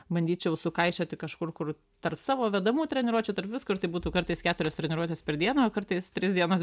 bandyčiau sukaišioti kažkur kur tarp savo vedamų treniruočių tarp visko ir tai būtų kartais keturios treniruotės per dieną o kartais tris dienas